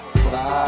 fly